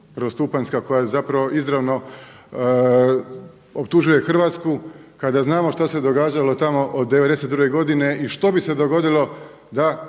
prvostupanjska koja zapravo izravno optužuje Hrvatsku kada znamo šta se događalo tamo od '92. godine i što bi se dogodilo da